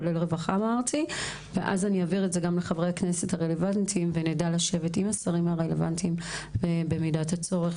אז אעביר את זה לחברי הכנסת הרלוונטיים ונדע לשבת במידת הצורך